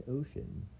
ocean